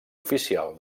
oficial